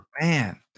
Man